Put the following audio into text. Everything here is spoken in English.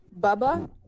Bubba